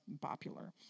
popular